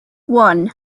one